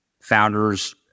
founders